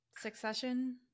Succession